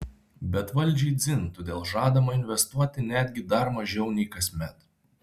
bet valdžiai dzin todėl žadama investuoti netgi dar mažiau nei kasmet